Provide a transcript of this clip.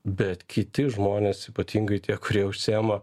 bet kiti žmonės ypatingai tie kurie užsiima